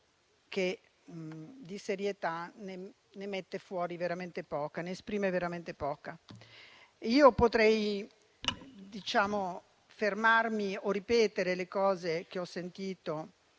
che di serietà ne mette fuori e ne esprime veramente poca. Io potrei fermarmi o ripetere le cose che ho sentito